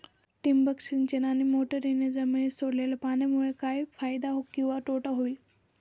ठिबक सिंचन आणि मोटरीने जमिनीत सोडलेल्या पाण्यामुळे काय फायदा किंवा तोटा होईल?